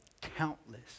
countless